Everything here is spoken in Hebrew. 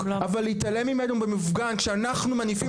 אבל להתעלם ממנו במופגן כשאנחנו מניפים